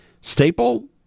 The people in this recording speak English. staple